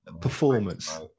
performance